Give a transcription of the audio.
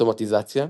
סומטיזציה,